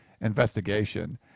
investigation